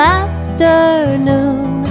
afternoon